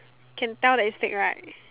can tell that it's fake right